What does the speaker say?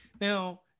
Now